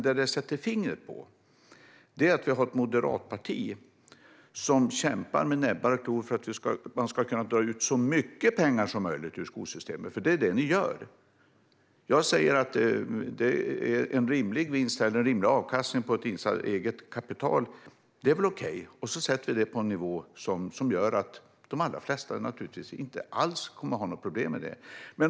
Detta sätter dock fingret på att vi har ett moderat parti som kämpar med näbbar och klor för att man ska kunna dra ut så mycket pengar som möjligt ur skolsystemet - det är det ni gör. Jag säger att en rimlig avkastning på eget kapital är okej. Vi sätter den på en nivå som gör att de allra flesta inte alls kommer att ha några problem.